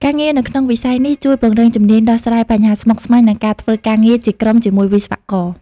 ការងារនៅក្នុងវិស័យនេះជួយពង្រឹងជំនាញដោះស្រាយបញ្ហាស្មុគស្មាញ និងការធ្វើការងារជាក្រុមជាមួយវិស្វករ។